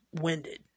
winded